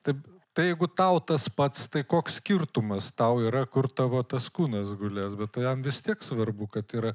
taip tai jeigu tau tas pats tai koks skirtumas tau yra kur tavo tas kūnas gulės bet tai jam vis tiek svarbu kad yra